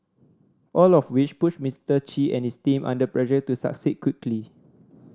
all of which puts Mister Chi and his team under pressure to succeed quickly